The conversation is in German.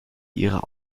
ihrer